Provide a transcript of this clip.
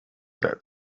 that